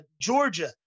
Georgia